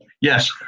Yes